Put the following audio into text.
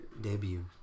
debut